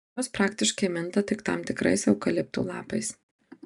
jos praktiškai minta tik tam tikrais eukaliptų lapais